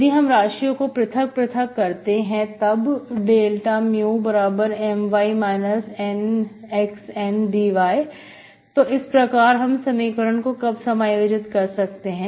यदि हम राशियों को प्रथक प्रथक करते हैं तब dμMy NxN dy तो इस प्रकार हम समीकरण को कब समायोजित कर सकते हैं